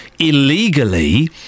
illegally